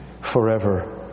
forever